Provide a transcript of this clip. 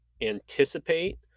anticipate